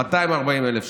240,000 שקל.